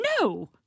No